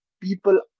people